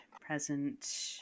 present